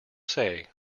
say